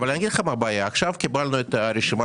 אגיד לך מה הבעיה: עכשיו קיבלנו רשימה